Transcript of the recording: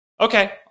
Okay